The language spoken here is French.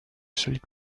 solide